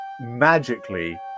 magically